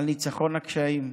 על ניצחון על הקשיים.